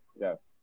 Yes